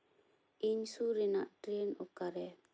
ᱤᱧ ᱥᱩᱨ ᱨᱮᱱᱟᱜ ᱴᱨᱮᱱ ᱚᱠᱟᱨᱮ